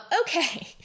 Okay